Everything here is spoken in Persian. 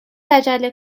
عجله